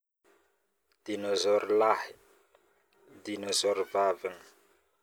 dinozory lahy, dinozory vavany